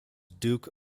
duke